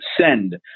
send